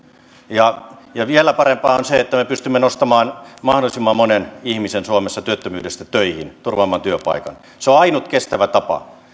ja vielä parempaa on se että me pystymme nostamaan mahdollisimman monen ihmisen suomessa työttömyydestä töihin turvaamaan työpaikan se on ainut kestävä tapa